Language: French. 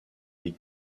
des